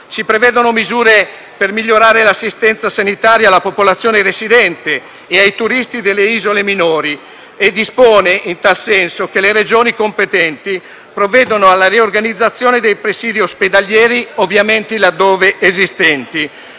Si prevedono misure per migliorare l'assistenza sanitaria alla popolazione residente e ai turisti delle isole minori e si dispone in tal senso che le Regioni competenti provvedano alla riorganizzazione dei presidi ospedalieri, ovviamente laddove esistenti.